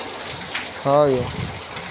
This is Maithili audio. कोदो के बुआई पहिल बर्षा के बाद कैल जाइ छै